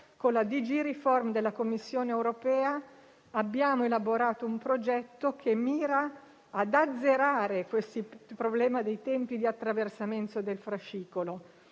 con la DG Reform della Commissione europea abbiamo elaborato un progetto, che mira ad azzerare questo problema dei tempi di attraversamento del fascicolo